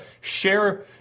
share